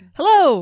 Hello